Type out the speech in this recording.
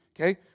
okay